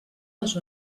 les